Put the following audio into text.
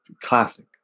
classic